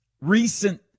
recent